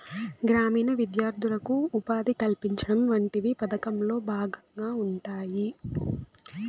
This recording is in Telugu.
గ్రామీణ విద్యార్థులకు ఉపాధి కల్పించడం వంటివి పథకంలో భాగంగా ఉంటాయి